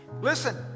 Listen